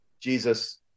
Jesus